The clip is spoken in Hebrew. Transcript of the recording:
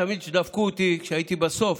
תמיד כשדפקו אותי כשהייתי בסוף,